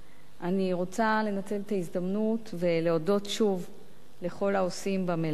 אני רוצה לנצל את ההזדמנות ולהודות שוב לכל העושים במלאכה,